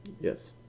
Yes